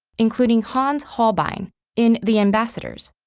including hans holbein in the ambassadors.